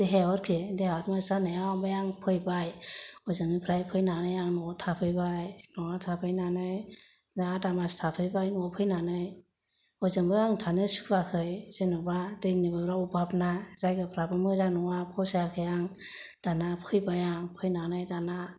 देहायाव आरोखि देहायाव आट मास जानायाव ओमफ्राय आं फैबाय हजोंनिफ्राय फैनानै आं न'आव थाफैबाय न'आव थाफैनानै दा आदा मास थाफैबाय न'आव फैनानै हजोंबो आं थानो सुखुआखै जेन'बा दैनिबो अबाबना जायगाफ्राबो मोजां नङा फसायाखै आं दाना फैबाय आं फैनानै दाना